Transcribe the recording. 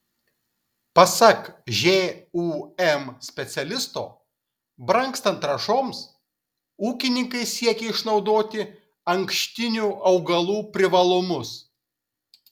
pasak žūm specialisto brangstant trąšoms ūkininkai siekia išnaudoti ankštinių augalų privalumus